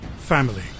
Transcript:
Family